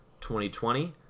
2020